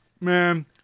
man